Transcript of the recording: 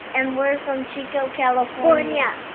and we're from chico, california.